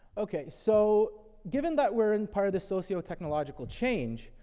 okay, so given that we're in part of this sociotechnological change,